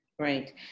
Right